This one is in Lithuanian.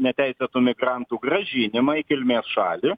neteisėtų migrantų grąžinimą į kilmės šalį